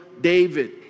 David